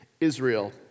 Israel